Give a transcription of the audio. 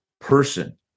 person